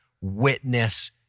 witness